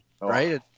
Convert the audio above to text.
right